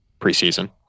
preseason